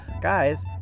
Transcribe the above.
guys